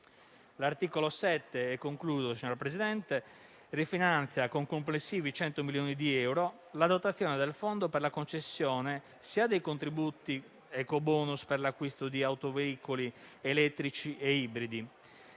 L'articolo 7, signor Presidente, rifinanzia con complessivi 100 milioni di euro la dotazione del fondo per la concessione sia dei contributi Ecobonus per l'acquisto di autoveicoli elettrici e ibridi